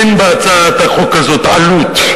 אין בהצעת החוק הזאת עלות,